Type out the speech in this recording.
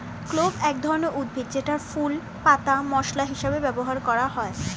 clove এক ধরনের উদ্ভিদ যেটার ফুল, পাতা মসলা হিসেবে ব্যবহার করা হয়